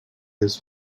his